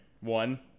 One